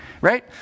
right